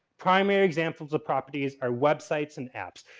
primary examples of properties are websites and apps.